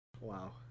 Wow